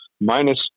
minus